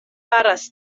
faras